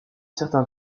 certain